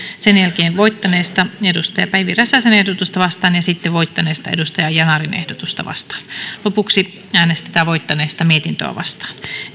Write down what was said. sen jälkeen voittaneesta päivi räsäsen ehdotusta kahdeksaankymmeneenyhteen vastaan sitten voittaneesta ozan yanarin ehdotusta kahdeksaankymmeneen vastaan ja lopuksi voittaneesta mietintöä vastaan